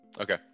Okay